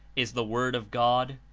is the word of god?